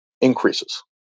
increases